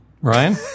Ryan